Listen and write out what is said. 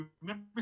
remember